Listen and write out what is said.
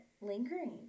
lingering